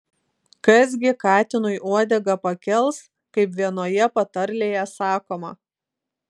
kas gi katinui uodegą pakels kaip vienoje patarlėje sakoma